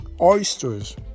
oysters